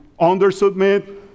undersubmit